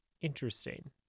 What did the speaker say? interesting